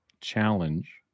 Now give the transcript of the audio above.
challenge